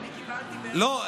לא.